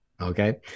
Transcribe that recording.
Okay